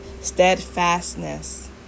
steadfastness